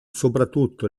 soprattutto